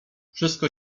wszystko